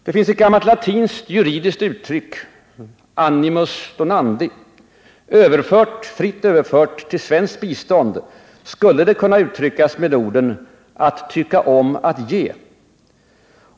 Det finns ett gammalt latinskt juridiskt uttryck —animus donandi —som överfört till svenskt bistånd fritt skulle kunna översättas med orden ”att tycka om att ge”.